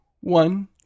one